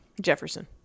Jefferson